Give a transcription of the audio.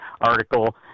article